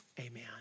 amen